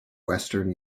western